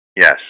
Yes